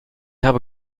habe